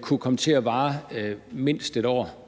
kunne komme til at vare mindst et år.